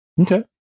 Okay